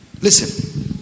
Listen